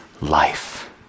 life